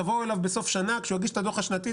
תבואו אליו בסוף שנה כשהוא יגיש את הדוח השנתי,